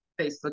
facebook